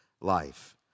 life